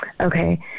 Okay